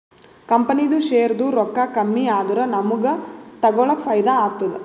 ಕಂಪನಿದು ಶೇರ್ದು ರೊಕ್ಕಾ ಕಮ್ಮಿ ಆದೂರ ನಮುಗ್ಗ ತಗೊಳಕ್ ಫೈದಾ ಆತ್ತುದ